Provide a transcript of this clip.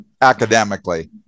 academically